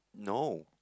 no